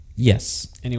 Yes